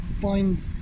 find